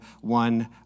one